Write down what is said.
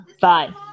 Bye